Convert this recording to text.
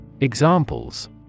Examples